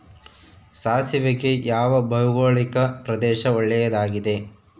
ಸಾಸಿವೆಗೆ ಯಾವ ಭೌಗೋಳಿಕ ಪ್ರದೇಶ ಒಳ್ಳೆಯದಾಗಿದೆ?